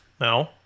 No